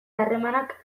harremanak